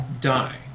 die